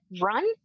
run